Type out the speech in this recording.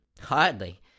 Hardly